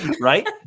Right